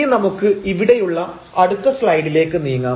ഇനി നമുക്ക് ഇവിടെയുള്ള അടുത്ത സ്ലൈഡിലേക്ക് നീങ്ങാം